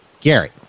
Gary